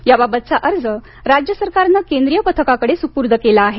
याबाबतचा अर्ज राज्य सरकारनं केंद्रीय पथकाकडं सुपूर्त केला आहे